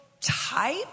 type